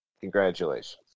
congratulations